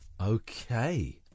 Okay